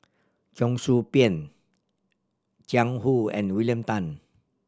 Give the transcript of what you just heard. Cheong Soo Pieng Jiang Hu and William Tan